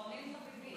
אחרונים חביבים.